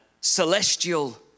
celestial